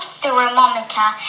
thermometer